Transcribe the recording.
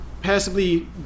passively